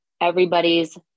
everybody's